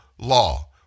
Law